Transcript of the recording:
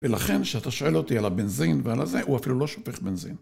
ולכן שאתה שואל אותי על הבנזין ועל זה, הוא אפילו לא שופך בנזין.